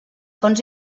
fonts